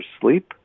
sleep